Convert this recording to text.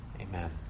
amen